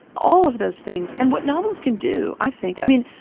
all of those things. and what novels can do, i think i mean,